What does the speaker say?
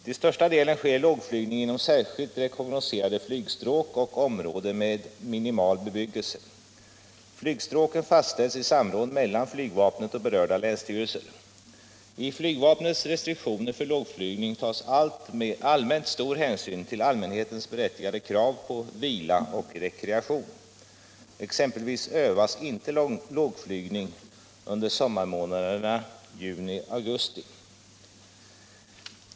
Till största delen sker lågflygning inom särskilt rekognoserade flygstråk och områden med minimal bebyggelse. Flygstråken fastställs i samråd mellan flygvapnet och berörda länsstyrelser. I flygvapnets restriktioner för lågflygning tas allmänt stor hänsyn till allmänhetens berättigade krav på vila och rekreation. Exempelvis övas inte lågflygning under sommarmånaderna juni-augusti.